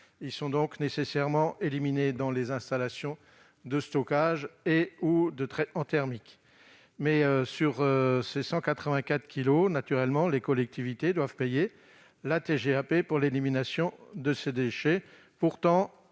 Ils sont donc nécessairement éliminés dans les installations de stockage et de traitement thermique. Les collectivités doivent payer la TGAP pour l'élimination de ces déchets. Pourtant,